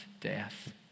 death